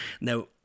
Now